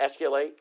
escalate